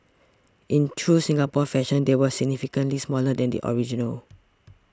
in true Singapore fashion they were significantly smaller than the original